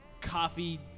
coffee